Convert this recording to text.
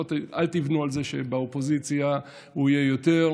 אל תבנו על זה שבגלל האופוזיציה הוא יהיה יותר,